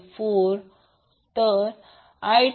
4 i23